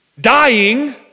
dying